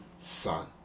son